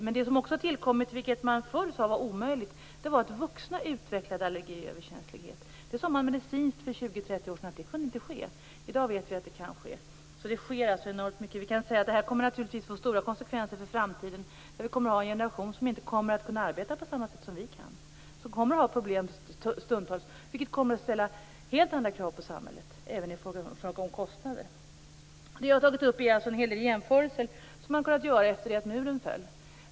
Men det som också har tillkommit, vilket man förr sade var omöjligt, är att vuxna utvecklar allergi och överkänslighet. Det sade man för 20-30 år sedan medicinskt inte kunde ske. I dag vet vi att det kan ske. Det sker alltså enormt mycket. Det här kommer naturligtvis att få stora konsekvenser för framtiden. Vi kommer att ha en generation som inte kommer att kunna arbeta på samma sätt som vi kan, som stundtals kommer att ha problem, vilket kommer att ställa helt andra krav på samhället även i fråga om kostnader. Det jag har tagit upp är alltså en hel del jämförelser som man har kunnat göra efter det att muren föll.